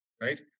Right